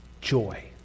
joy